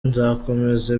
nzakomeza